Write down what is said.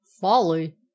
folly